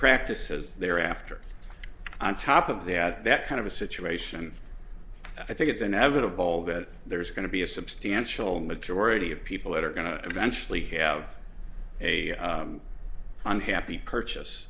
practices thereafter on top of the at that kind of a situation i think it's inevitable that there's going to be a substantial majority of people that are going to eventually have a unhappy purchase